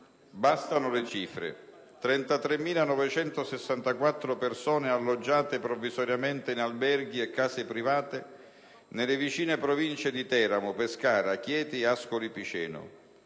Bastano le cifre: 33.964 persone alloggiate provvisoriamente in alberghi e case private nelle vicine province di Teramo, Pescara, Chieti e Ascoli Piceno;